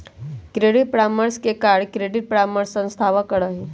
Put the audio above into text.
credit परामर्श के कार्य क्रेडिट परामर्श संस्थावह करा हई